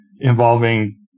involving